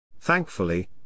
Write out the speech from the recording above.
Thankfully